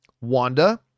Wanda